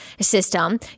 System